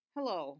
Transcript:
Hello